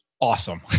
awesome